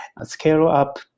scale-up